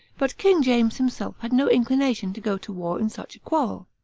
but king james himself had no inclination to go to war in such a quarrel.